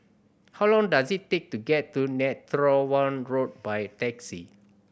how long does it take to get to Netheravon Road by taxi